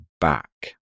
back